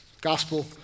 Gospel